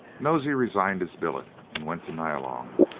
nosey resigned his billet, and went to nyalong.